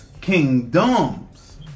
kingdoms